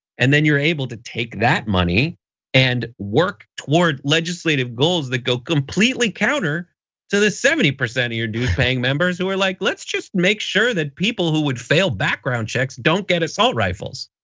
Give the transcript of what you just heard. and then you're able to take that money and work toward legislative goals that go completely counter to the seventy percent of your dues paying members who were like, let's just make sure that people who would fail background checks don't get assault rifles.